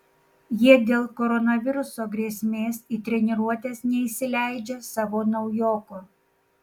jie dėl koronaviruso grėsmės į treniruotes neįsileidžia savo naujoko